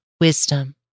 wisdom